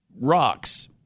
rocks